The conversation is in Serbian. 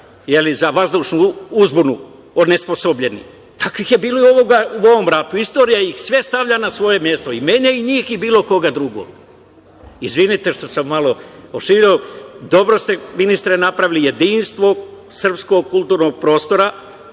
za vazdušnu uzbunu onesposobljeni. Takvih je bilo i u ovom ratu. Istorija ih sve stavlja na svoje mesto, i mene i njih i bilo koga drugog. Izvinite što sam malo proširio, dobro ste ministre napravili jedinstvo srpskog kulturnog prostora,